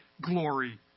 glory